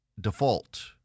default